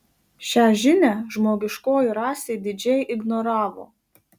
šią žinią žmogiškoji rasė didžiai ignoravo